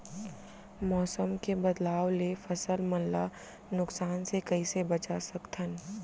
मौसम के बदलाव ले फसल मन ला नुकसान से कइसे बचा सकथन?